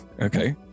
okay